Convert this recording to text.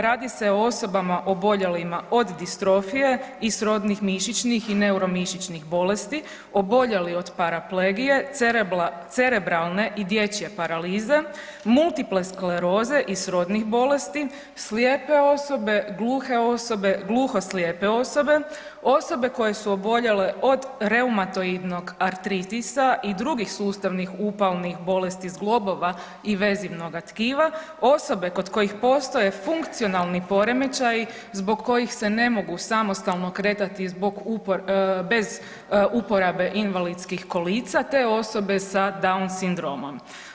Radi se o osobama oboljelima od distrofije i srodnih mišićnih i neuromišićnih bolesti, oboljeli od paraplegije, cerebralne i dječje paralize, multiple skleroze i srodnih bolesti, slijepe osobe, gluhe osobe, gluho-slijepe osobe, osobe koje su oboljele od reumatoidnog artritisa i drugih sustavnih upalnih bolesti zglobova i vezivnoga tkiva, osobe kod kojih postoji funkcionalni poremećaji zbog kojih se ne mogu samostalno kretati zbog, bez uporabe invalidskih kolica te osobe sa Down sindromom.